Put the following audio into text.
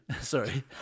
Sorry